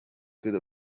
could